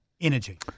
Energy